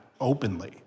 openly